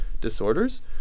disorders